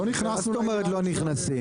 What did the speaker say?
מה זאת אומרת לא נכנסים?